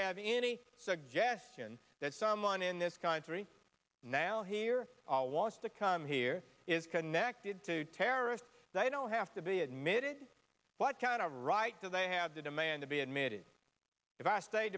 have any suggestion that someone in this country now here was to come here is connected to terrorists they don't have to be admitted what kind of right do they have the demand to be admitted if i state